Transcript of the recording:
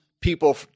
people